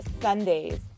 Sundays